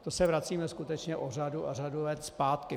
To se vracíme skutečně o řadu a řadu let zpátky.